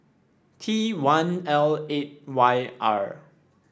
T one L eight Y R